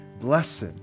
Blessed